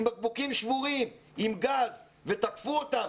עם בקבוקים שבורים, עם גז ותקפו אותם.